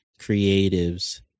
creatives